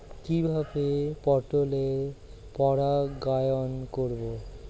কিভাবে পটলের পরাগায়ন করব?